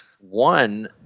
One